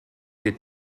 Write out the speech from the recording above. did